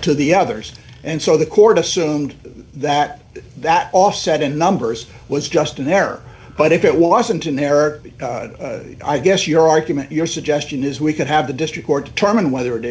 to the others and so the court assumed that that offset in numbers was just in there but if it wasn't in there i guess your argument your suggestion is we could have the district court to determine whether it